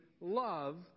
love